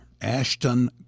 Ashton